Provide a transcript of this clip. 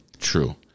True